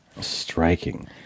Striking